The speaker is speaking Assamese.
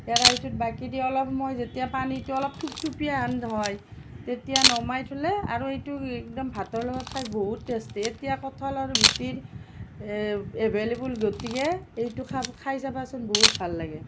কেৰাহীটোত বাকি দি অলপ সময় যেতিয়া পানীটো অলপ থুপথুপীয়া হেন হয় তেতিয়া নমাই থ'লে আৰু এইটো একদম ভাতৰ লগত খাই বহুত টেষ্টি এতিয়া কঁঠালৰ গুটিৰ এভেলেবল গতিকে এইটো খাই খাই চাবাচোন বহুত ভাল লাগে